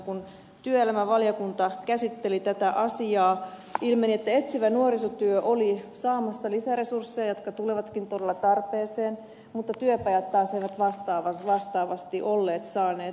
kun työelämävaliokunta käsitteli tätä asiaa ilmeni että etsivä nuorisotyö oli saamassa lisäresursseja jotka tulevatkin todella tarpeeseen mutta työpajat taas eivät vastaavasti olleet saaneet